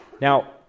Now